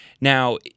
Now